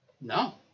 No